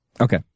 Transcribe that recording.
Okay